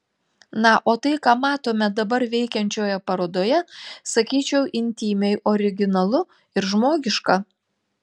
na o tai ką matome dabar veikiančioje parodoje sakyčiau intymiai originalu ir žmogiška